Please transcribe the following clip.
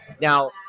now